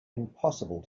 impossible